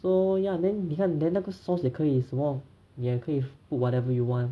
so ya then 你看 then 那个 sauce 也可以什么也可以 put whatever you want